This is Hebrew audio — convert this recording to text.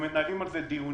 הם מנהלים על זה דיונים,